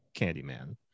Candyman